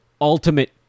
ultimate